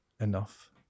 Enough